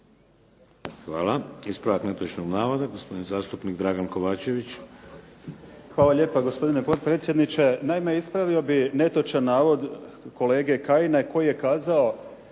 Hvala. Ispravak netočnog navoda, gospodin zastupnik Dragan Kovačević. **Kovačević, Dragan (HDZ)** Hvala lijepo gospodine potpredsjedniče. Naime, ispravio bih netočan navod kolege Kajina koji je kazao